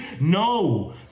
No